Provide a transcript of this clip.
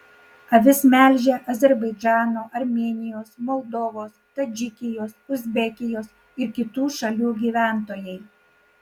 avis melžia azerbaidžano armėnijos moldovos tadžikijos uzbekijos ir kitų šalių gyventojai